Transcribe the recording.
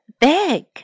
big